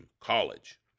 college